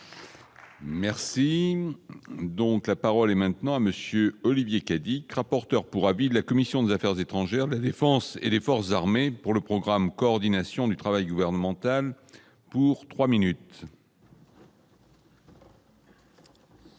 Merci donc la parole est maintenant à monsieur Olivier Cadic, rapporteur pour Abid, de la commission des Affaires étrangères de la Défense et des forces armées pour le programme, coordination du travail gouvernemental pour 3 minutes.